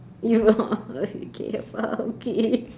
you okay afar okay